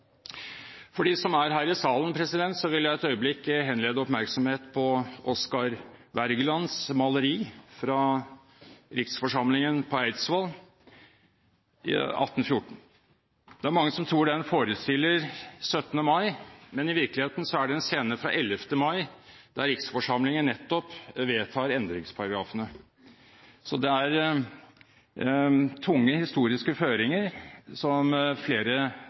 hvis de er av innholdsmessig art, ikke være i beste samsvar med Grunnloven selv. For dem som er her i salen, vil jeg et øyeblikk henlede oppmerksomheten på Oscar Wergelands maleri fra Riksforsamlingen på Eidsvoll i 1814. Det er mange som tror det forestiller 17. mai, men i virkeligheten er det en scene fra 11. mai, da Riksforsamlingen vedtar endringsparagrafene. Så det er tunge historiske føringer som flere